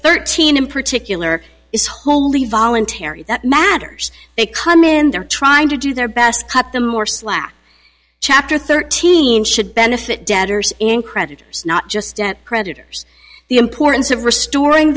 thirteen in particular is wholly voluntary that matters they come in they're trying to do their best cut them more slack chapter thirteen should benefit debtors and creditors not just debt creditors the importance of restoring